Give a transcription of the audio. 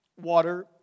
water